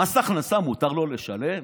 מס הכנסה מותר לו לשלם?